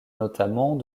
notamment